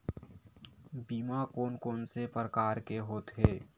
बीमा कोन कोन से प्रकार के होथे?